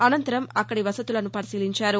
అనంతరం అక్కడి వసతులను పరిశీలించారు